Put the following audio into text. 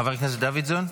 חבר הכנסת דוידסון,